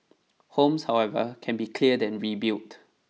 homes however can be cleared and rebuilt